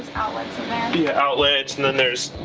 the outlets and then there's